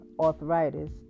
arthritis